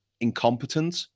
incompetent